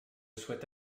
souhaite